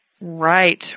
Right